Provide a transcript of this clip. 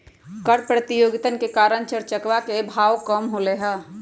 कर प्रतियोगितवन के कारण चर चकवा के भाव कम होलय है